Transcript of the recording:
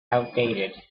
outdated